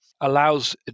allows